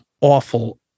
awful